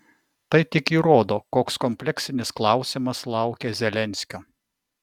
tai tik įrodo koks kompleksinis klausimas laukia zelenskio